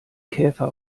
käfer